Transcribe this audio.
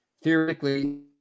theoretically